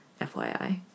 FYI